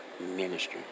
ministry